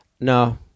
No